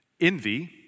Envy